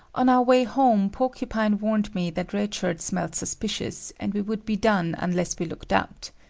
on our way home, porcupine warned me that red shirt smelt suspicious and we would be done unless we looked out.